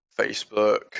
facebook